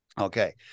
Okay